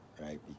Right